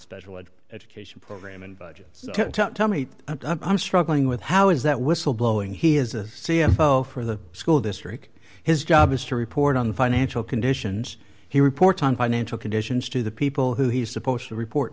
special ed education program and budget so tell me i'm struggling with how is that whistle blowing he is a c m for the school district his job is to report on financial conditions he reports on financial conditions to the people who he's supposed to report